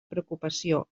preocupació